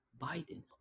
Biden